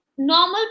normal